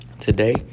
Today